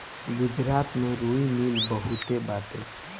गुजरात में रुई मिल बहुते बाटे